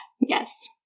Yes